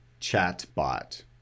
chatbot